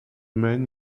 man